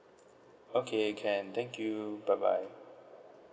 okay can thank you bye bye